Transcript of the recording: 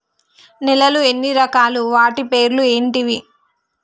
నేలలు ఎన్ని రకాలు? వాటి పేర్లు ఏంటివి?